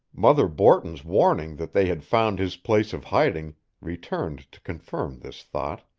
mother borton's warning that they had found his place of hiding returned to confirm this thought.